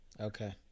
Okay